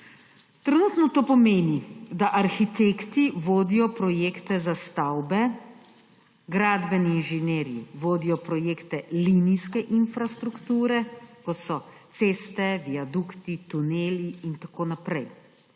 Trenutno to pomeni, da arhitekti vodijo projekte za stavbe, gradbeni inženirji vodijo projekte linijske infrastrukture, kot so ceste, viadukti, tuneli in tako naprej,